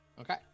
Okay